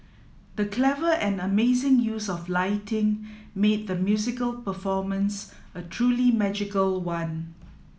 the clever and amazing use of lighting made the musical performance a truly magical one